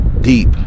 deep